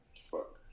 fuck